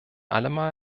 allemal